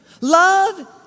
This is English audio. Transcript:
Love